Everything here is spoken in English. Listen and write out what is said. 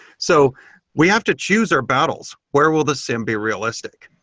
so we have to choose our battles. where will the sim be realistic?